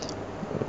err